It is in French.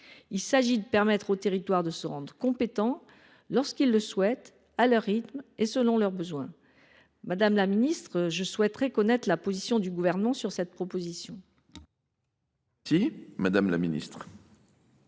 Il s’agit de permettre aux territoires de se rendre compétents, lorsqu’ils le souhaitent, à leur rythme et selon leurs besoins. Madame la ministre, je souhaiterais connaître la position du Gouvernement sur cette proposition. La parole est à Mme la ministre